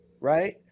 Right